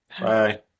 Bye